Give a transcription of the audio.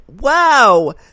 Wow